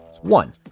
One